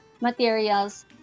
materials